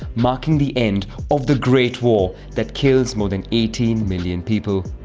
marking the end of the great war that kills more than eighteen million people.